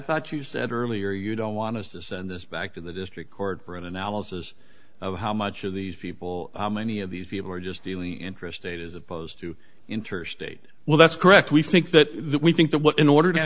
thought you said earlier you don't want to send this back to the district court for an analysis of how much of these people how many of these people are just dealing intrastate as opposed to interstate well that's correct we think that we think that what in order